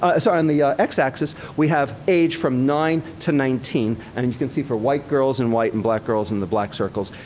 ah sorry. on the x-axis, we have age from nine to nineteen and you can see for white girls and white and black girls in the black circles.